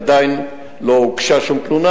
עדיין לא הוגשה שום תלונה.